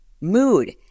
mood